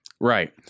Right